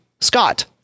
Scott